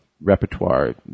repertoire